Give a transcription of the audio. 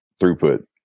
throughput